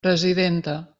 presidenta